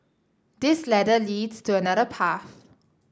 this ladder leads to another path